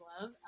love